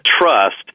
trust